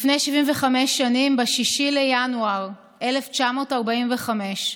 לפני 75 שנים, ב-6 בינואר 1945,